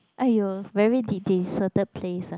!aiyo! very de~ deserted place ah